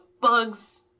bugs